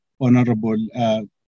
Honorable